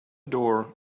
door